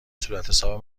صورتحساب